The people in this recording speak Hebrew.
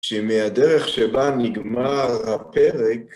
שמהדרך שבה נגמר הפרק,